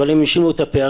אבל הם השאירו את הפערים.